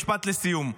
משפט לסיום,